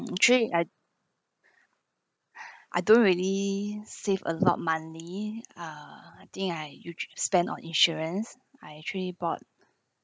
actually I I don't really save a lot monthly uh think I u~ spend on insurance I actually bought